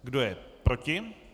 Kdo je proti?